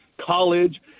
college